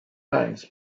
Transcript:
banks